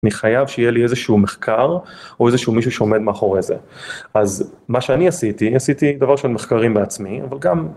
אני חייב שיהיה לי איזה שהוא מחקר או איזה שהוא מישהו שעומד מאחורי זה אז מה שאני עשיתי עשיתי דבר של מחקרים בעצמי אבל גם